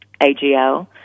AGL